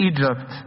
Egypt